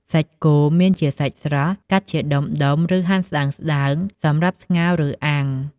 សាច់គោ មានជាសាច់ស្រស់ កាត់ជាដុំ ឬហាន់ស្តើងៗសម្រាប់ស្ងោរ ឬអាំង។